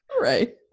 Right